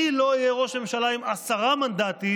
אני לא אהיה ראש ממשלה עם עשרה מנדטים,